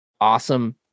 Awesome